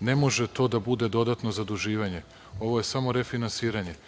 Ne može to da bude dodatno zaduživanje, ovo je samo refinansiranje.